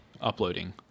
uploading